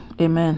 Amen